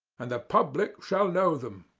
and the public shall know them.